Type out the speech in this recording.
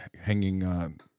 hanging